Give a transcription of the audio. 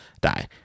die